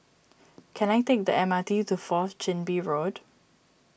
can I take the M RbT to Fourth Chin Bee Road